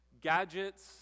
gadgets